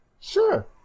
sure